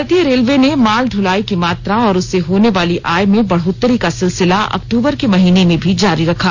भारतीय रेलवे ने माल दलाई की मात्रा और उससे होने वाली आय में बढ़ोतरी का सिलिसिला अक्तूबर के महीने में भी जारी रखा